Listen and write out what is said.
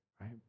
right